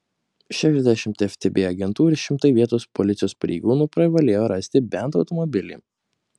šešiasdešimt ftb agentų ir šimtai vietos policijos pareigūnų privalėjo rasti bent automobilį